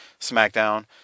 SmackDown